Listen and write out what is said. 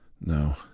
No